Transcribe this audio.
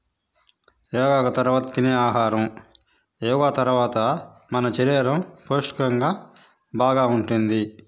యోగాకు తర్వాత తినే ఆహారం యోగా తర్వాత మన శరీరం పోషకంగా బాగా ఉంటుంది